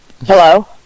Hello